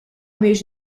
mhijiex